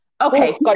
Okay